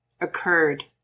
occurred